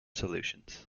solutions